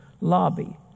lobby